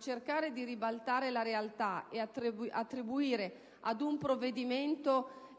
Cercare di ribaltare la realtà, attribuendo ad un provvedimento dell'attuale